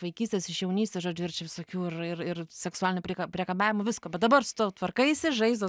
vaikystės iš jaunystės žodžiu ir čia visokių ir ir ir seksualinių prieka priekabiavimų visko bet dabar su tuo tvarkaisi žaizdos